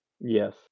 Yes